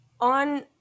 On